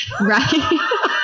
right